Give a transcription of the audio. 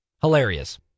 hilarious